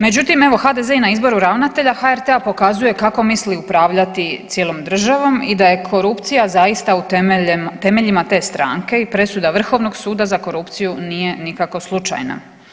Međutim, evo HDZ i na izboru ravnatelja HRT-a pokazuje kako misli upravljati cijelom državom i da je korupcija zaista u temeljima te stranke i presuda Vrhovnog suda za korupciju nije nikako slučajna.